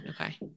okay